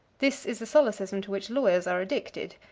this is a solecism to which lawyers are addicted.